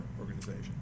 organization